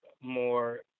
more